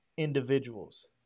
individuals